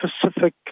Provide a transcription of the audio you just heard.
Pacific